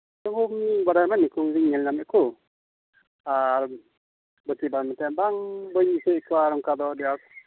ᱱᱩᱠᱩ ᱢᱤᱫ ᱵᱟᱰᱟᱭᱢᱟ ᱱᱩᱠᱩ ᱠᱚᱜᱮᱧ ᱧᱮᱞ ᱧᱟᱢᱮᱫ ᱠᱚ ᱟᱨ ᱵᱟᱝ ᱵᱟᱹᱧ ᱫᱤᱥᱟᱹᱭᱮᱫ ᱠᱚᱣᱟ ᱚᱱᱠᱟ ᱫᱚ ᱟᱹᱰᱤ ᱟᱸᱴ